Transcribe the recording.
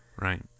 Right